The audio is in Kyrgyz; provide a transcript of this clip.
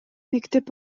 мектеп